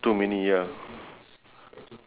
ya